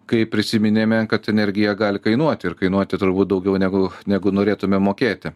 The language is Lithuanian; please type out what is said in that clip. kai prisiminėme kad energija gali kainuoti ir kainuoti turbūt daugiau negu negu norėtume mokėti